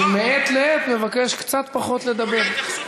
אז אני מעת לעת מבקש קצת פחות לדבר.